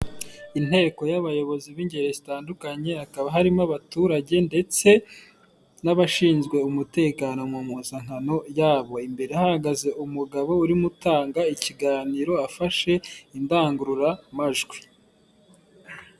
Inteko y'abayobozi b'ingeri zitandukanye, hakaba harimo abaturage ndetse n'abashinzwe umutekano mu masankano yabo, imbere hahagaze umugabo urimo utanga ikiganiro, afashe indangururamajwi.